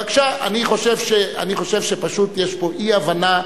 אני חושב שיש פה איזושהי אי-הבנה.